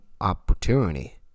opportunity